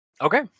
Okay